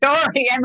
story